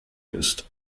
ist